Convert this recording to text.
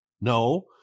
no